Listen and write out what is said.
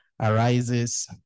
arises